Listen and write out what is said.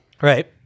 Right